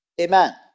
Amen